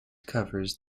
covers